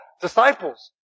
disciples